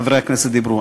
חברי הכנסת דיברו.